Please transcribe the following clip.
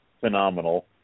phenomenal